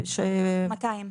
200 אחוז.